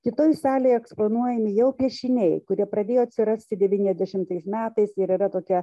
kitoj salėj eksponuojami jau piešiniai kurie pradėjo atsirasti devyniasdešimtais metais ir yra tokia